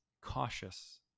Cautious